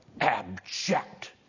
abject